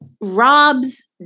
Rob's